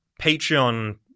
Patreon